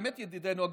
באמת ידידינו הגדולים,